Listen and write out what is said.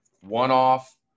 one-off